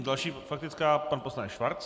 Další faktická, pan poslanec Schwarz.